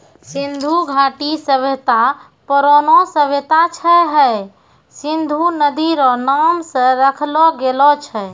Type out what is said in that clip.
सिन्धु घाटी सभ्यता परौनो सभ्यता छै हय सिन्धु नदी रो नाम से राखलो गेलो छै